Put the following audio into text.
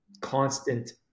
constant